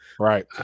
right